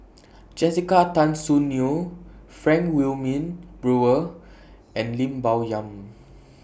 Jessica Tan Soon Neo Frank Wilmin Brewer and Lim Bo Yam